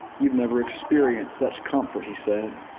you've never experienced such comfort, he said.